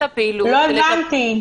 לא הבנתי.